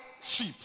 sheep